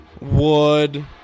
Wood